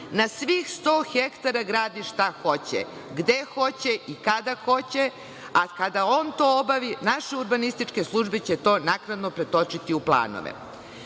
na svih 100 hektara gradi šta hoće, gde hoće i kada hoće, a kada on to obavi naše urbanističke službe će to naknadno pretočiti u planove.Zašto